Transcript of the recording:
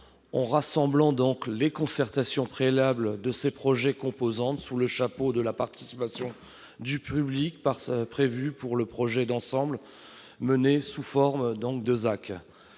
en rassemblant les concertations préalables de ces projets composantes sous le « chapeau » de la participation du public prévue pour le projet d'ensemble mené sous forme de ZAC.